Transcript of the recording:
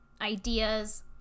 ideas